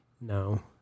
No